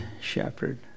shepherd